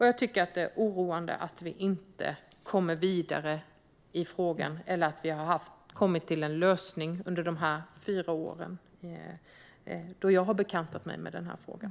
Jag tycker att det är oroande att vi inte kommit vidare i frågan och kommit till en lösning under de fyra år då jag har bekantat mig med frågan.